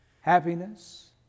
happiness